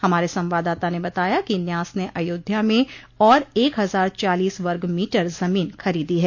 हमारे संवाददाता ने बताया कि न्यास ने अयोध्या में और एक हजार चालीस वर्ग मीटर जमीन खरीदी है